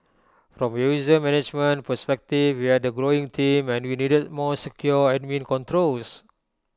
from A user management perspective we had A growing team and we needed more secure admin controls